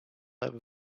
ever